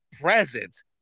presence